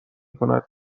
کند